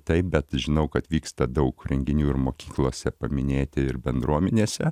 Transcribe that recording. taip bet žinau kad vyksta daug renginių ir mokyklose paminėti ir bendruomenėse